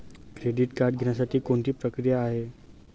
Credit card घेण्यासाठी कोणती प्रक्रिया आहे?